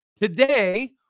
Today